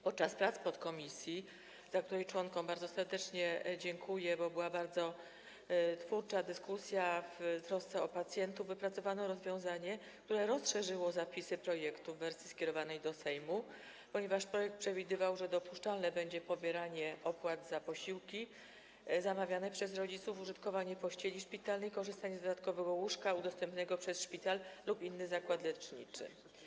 Podczas prac podkomisji, za którą jej członkom bardzo serdecznie dziękuję, bo była bardzo twórcza dyskusja, w trosce o pacjentów wypracowano rozwiązanie, które rozszerzyło zapisy projektu w wersji skierowanej do Sejmu, ponieważ projekt przewidywał, że dopuszczalne będzie pobieranie opłat za posiłki zamawiane przez rodziców, użytkowanie pościeli szpitalnej, korzystanie z dodatkowego łóżka udostępnionego przez szpital lub inny zakład leczniczy.